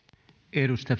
arvoisa